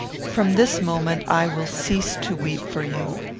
from this moment, i will cease to weep for you.